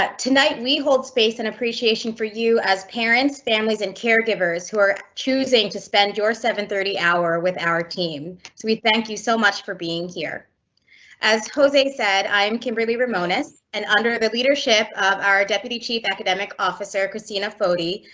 but tonight we hold space and appreciation for you as parents, families, and caregivers who are choosing to spend your seven thirty hour with our team. so we thank you. so much for being here as jose said, i'm kimberly ramones and, under the leadership of our deputy chief academic officer christina foti,